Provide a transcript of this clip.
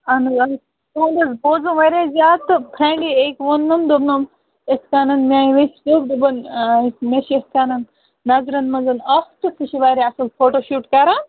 اَہَن حظ اَہَن حظ تُہُنٛد حظ بوزُم واریاہ زیادٕ تہٕ فرٛینٛڈِ أکۍ ووٚننُم دوٚپنم یِتھٕ کٔنۍ میٛانہِ وٮ۪سہِ اوس دوٚپُن مےٚ چھِ یِتھٕ کٔنۍ نَظرَن منٛز اَکھ تہٕ سُہ چھِ واریاہ اَصٕل فوٹوٗ شوٗٹ کَران